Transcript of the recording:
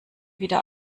wieder